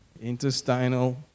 intestinal